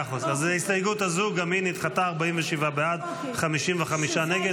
ההסתייגות הזאת גם היא נדחתה, 47 בעד, 55 נגד.